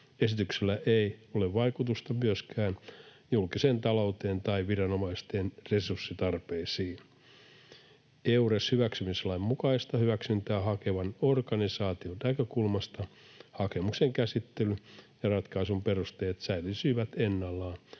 Esityksellä ei ole vaikutusta myöskään julkiseen talouteen tai viranomaisten resurssitarpeisiin. Eures-hyväksymislain mukaista hyväksyntää hakevan organisaation näkökulmasta hakemuksen käsittely ja ratkaisun perusteet säilyisivät ennallaan